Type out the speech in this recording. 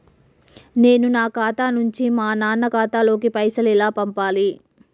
నేను నా ఖాతా నుంచి మా నాన్న ఖాతా లోకి పైసలు ఎలా పంపాలి?